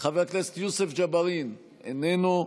חבר הכנסת יוסף ג'בארין, איננו,